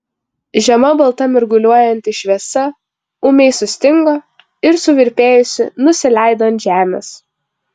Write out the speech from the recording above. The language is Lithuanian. žema balta mirguliuojanti šviesa ūmiai sustingo ir suvirpėjusi nusileido ant žemės